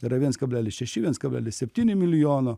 yra viens kablelis šeši viens kablelis septyni milijono